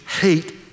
hate